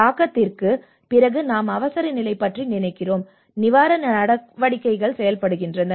தாக்கத்திற்குப் பிறகு நாம் அவசரநிலை பற்றி நினைக்கிறோம் நிவாரண நடவடிக்கைகள் செயல்படுகின்றன